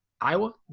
Iowa